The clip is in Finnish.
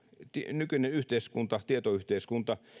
nykyinen tietoyhteiskunta